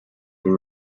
were